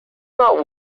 not